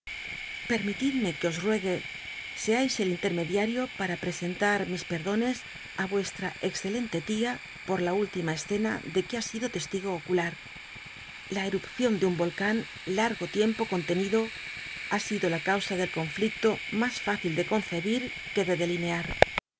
qtte os l'uegue sc is el intermediario para ptesentar mis perdones tí neslra e xcelenle tia por la última escena de que ha sido testigo ocular la erupcion de un l'olcan largo tiempo contenido ha sido la causa del conflicto mas fácil de conccbij que